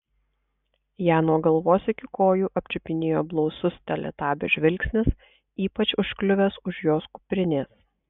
ją nuo galvos iki kojų apčiupinėjo blausus teletabio žvilgsnis ypač užkliuvęs už jos kuprinės